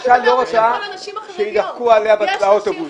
האישה לא רוצה שיידבקו אליה באוטובוס.